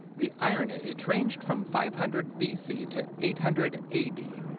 the iron age ranged from five hundred b c. to eight hundred a d.